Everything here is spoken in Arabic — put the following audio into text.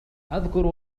أذكر